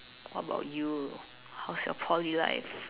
what about you how's your Poly life